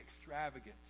extravagance